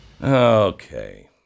Okay